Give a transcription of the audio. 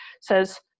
says